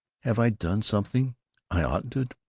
have i done something i oughtn't to?